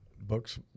Books